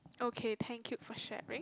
okay thank you for sharing